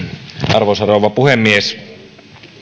arvoisa rouva puhemies